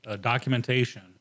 documentation